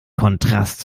kontrast